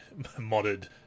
modded